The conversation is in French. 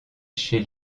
chez